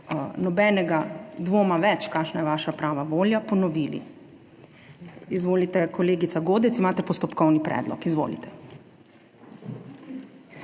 nobenega dvoma več, kakšna je vaša prava volja, ponovili. Izvolite, kolegica Godec, imate postopkovni predlog. Izvolite.